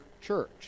church